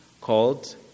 Called